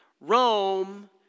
Rome